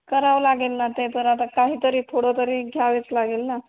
करावं लागेल ना ते तर आता काहीतरी थोडं तरी घ्यावेच लागेल ना